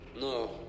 No